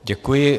Děkuji.